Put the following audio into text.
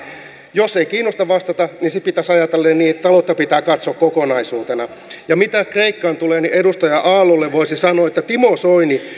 jos ei kiinnosta vastata niin se pitäisi ajatella niin että taloutta pitää katsoa kokonaisuutena mitä kreikkaan tulee niin edustaja aallolle voisi sanoa että timo soini